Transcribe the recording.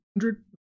hundred